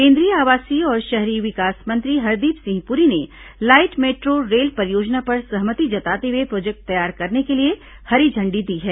केंद्रीय आवासीय और शहरी विकास मंत्री हरदीप सिंह पुरी ने लाइट मेट्रो रेल परियोजना पर सहमति जताते हुए प्रोजेक्ट तैयार करने के लिए हरी झण्डी दी है